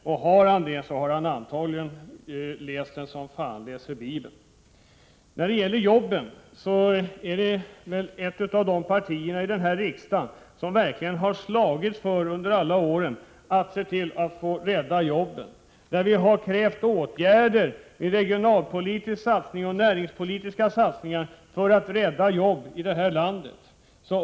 Om han har läst Wigforss, har han antagligen gjort det som fan läser Bibeln. Vänsterpartiet kommunisterna är ett av de partier i denna riksdag som under alla år verkligen har slagits för att rädda jobben. Vi har krävt åtgärder, regionalpolitiska satsningar och näringspolitiska satsningar, för att rädda arbetstillfällen i landet.